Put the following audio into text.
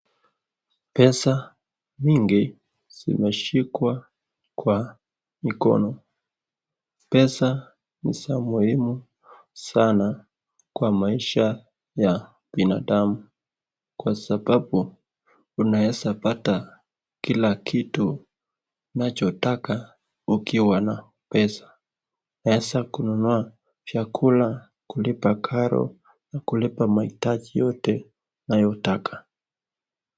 Pesa nyingi zimeshikwa kwa mikono, pesa ni za muhimu sana kwa maisha ya binadamu kwa sababu unaezapata kila kitu unachotaka ukiwa na pesa. Pesa kununua vyakula, kulipa karo na kulipa mahitaji yote anayotaka.